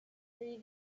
three